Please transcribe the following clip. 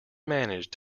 managed